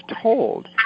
told